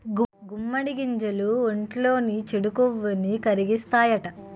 గుమ్మడి గింజలు ఒంట్లోని చెడు కొవ్వుని కరిగిత్తాయట